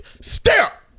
step